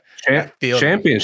championship